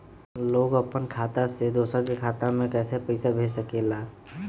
लोग अपन खाता से दोसर के खाता में पैसा कइसे भेज सकेला?